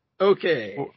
Okay